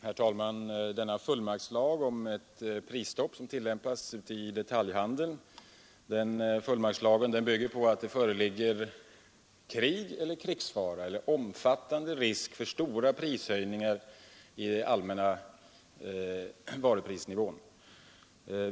Herr talman! Fullmaktslagen om ett prisstopp som tillämpas ute i detaljhandeln bygger på att det föreligger krig eller krigsfara eller omfattande risk för stora höjningar av den allmänna varuprisnivån.